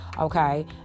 Okay